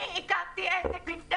אני הקמתי עסק 'לפני